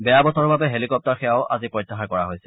বেয়া বতৰৰ বাবে হেলিকপ্টাৰ সেৱাও আজি প্ৰত্যাহাৰ কৰা হৈছে